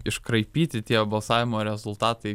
iškraipyti tie balsavimo rezultatai